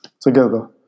together